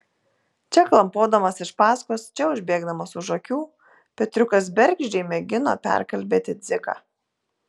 čia klampodamas iš paskos čia užbėgdamas už akių petriukas bergždžiai mėgino perkalbėti dziką